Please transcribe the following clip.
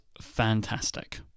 fantastic